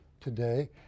today